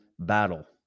battle